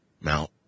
mount